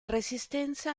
resistenza